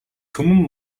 түмэн